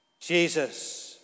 Jesus